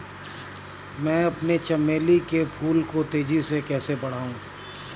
मैं अपने चमेली के फूल को तेजी से कैसे बढाऊं?